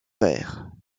vert